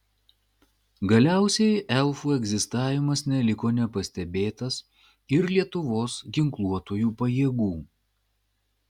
galiausiai elfų egzistavimas neliko nepastebėtas ir lietuvos ginkluotųjų pajėgų